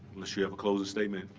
unless you have a closing statement,